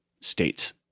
states